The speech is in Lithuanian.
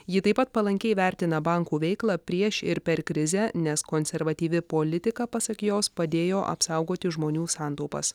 ji taip pat palankiai vertina bankų veiklą prieš ir per krizę nes konservatyvi politika pasak jos padėjo apsaugoti žmonių santaupas